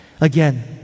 Again